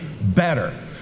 better